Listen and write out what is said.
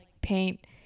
paint